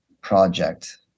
project